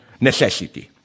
necessity